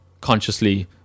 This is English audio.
consciously